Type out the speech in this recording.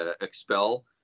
expel